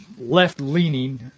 left-leaning